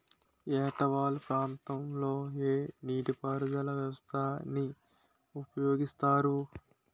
ఏట వాలు ప్రాంతం లొ ఏ నీటిపారుదల వ్యవస్థ ని ఉపయోగిస్తారు?